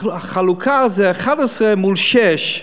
החלוקה זה 11 מול שישה,